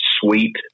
sweet